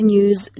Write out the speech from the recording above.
News